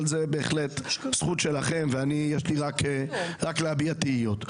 אבל זו בהחלט זכות שלכם ואני יש לי רק להביע תהיות.